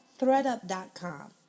threadup.com